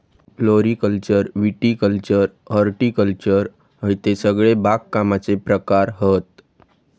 floriculture viticulture horticulture हयते सगळे बागकामाचे प्रकार हत